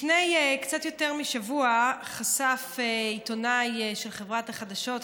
לפני קצת יותר משבוע חשף עיתונאי של חברת החדשות,